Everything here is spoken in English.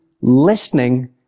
listening